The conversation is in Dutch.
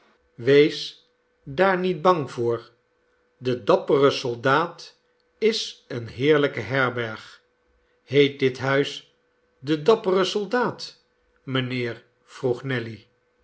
wees daar niet bang voor be dappere soldaat is eene heerlijke herberg heet dit huis de dappere soldaat mijnheer vroeg nelly